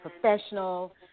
professional